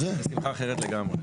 זו שמחה אחרת לגמרי.